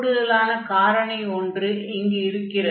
கூடுதலான காரணி ஒன்று இங்கு இருக்கிறது